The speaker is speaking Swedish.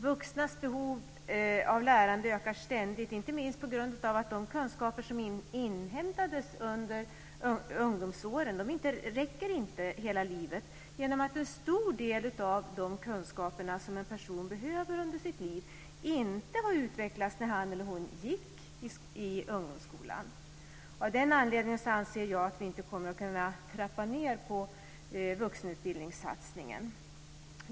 Vuxnas behov av lärande ökar ständigt, inte minst på grund av att de kunskaper som inhämtades under ungdomsåren inte räcker hela livet genom att en stor del av de kunskaper som en person behöver under sitt liv inte hade utvecklats när han eller hon gick i ungdomsskolan. Av den anledningen anser jag att vi inte kommer att kunna trappa ned vuxenutbildningssatsningen.